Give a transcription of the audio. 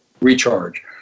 recharge